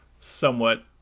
somewhat